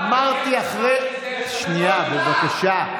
אמרתי אחרי, שנייה, בבקשה.